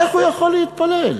איך הוא יכול להתפלל?